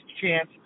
chance